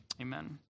amen